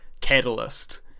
catalyst